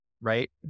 right